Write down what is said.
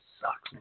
sucks